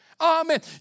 Amen